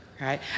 right